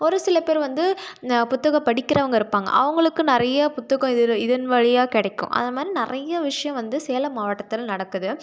ஒரு சில பேர் வந்து புத்தகம் படிக்கிறவங்க இருப்பாங்க அவங்களுக்கு நிறைய புத்தகம் இது இதன் வழியாக கிடைக்கும் அது மாதிரி நிறைய விஷயம் வந்து சேலம் மாவட்டத்தில் நடக்குது